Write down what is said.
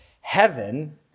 Heaven